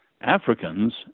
Africans